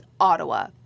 Ottawa